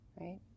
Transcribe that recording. right